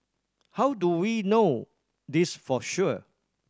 how do we know this for sure